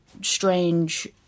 strange